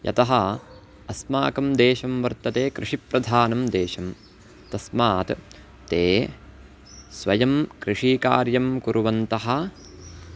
यतः अस्माकं देशः वर्तते कृषिप्रधानदेशः तस्मात् ते स्वयं कृषिकार्यं कुर्वन्तः